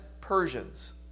Persians